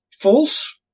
False